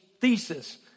thesis